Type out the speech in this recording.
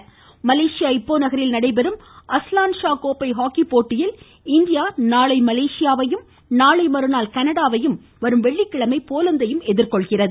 hockey Malaysia Ipoh நகரில் நடைபெறும் Azlan Shah கோப்பை ஹாக்கிப் போட்டியில் இந்தியா நாளை மலேசியாவையும் நாளை மறுநாள் கனடாவையும் வரும் வெள்ளிக்கிழமை போலந்தையும் எதிர்கொள்கிறது